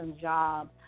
job